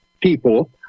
people